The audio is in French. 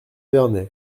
vernay